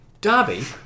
Darby